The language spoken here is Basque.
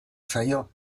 zaio